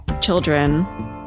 children